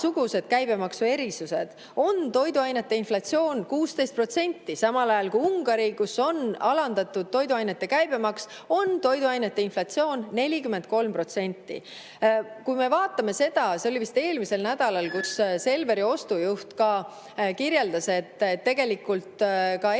igasugused käibemaksuerisused, on toiduainete inflatsioon 16%, samal ajal kui Ungaris, kus on alandatud toiduainete käibemaks, on toiduainete inflatsioon 43%. See oli vist eelmisel nädalal, kui Selveri ostujuht kirjeldas, et osad ettevõtjad